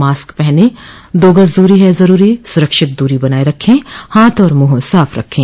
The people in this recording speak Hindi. मास्क पहनें दो गज़ दूरी है ज़रूरी सुरक्षित दूरी बनाए रखें हाथ और मुंह साफ़ रखें